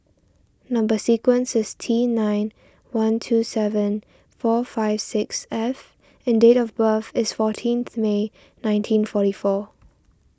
Number Sequence is T nine one two seven four five six F and date of birth is fourteenth May nineteen forty four